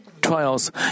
trials